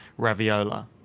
Raviola